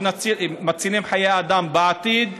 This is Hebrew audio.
מצילים חיי אדם בעתיד.